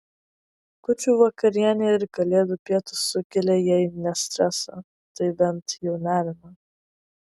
kūčių vakarienė ir kalėdų pietūs sukelia jei ne stresą tai bent jau nerimą